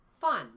Fun